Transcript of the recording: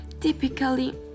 typically